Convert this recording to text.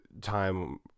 time